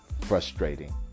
frustrating